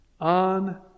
on